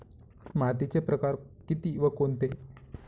मातीचे प्रकार किती व कोणते?